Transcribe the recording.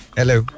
hello